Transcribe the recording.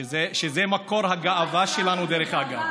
וזה מקור הגאווה שלנו, דרך אגב.